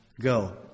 go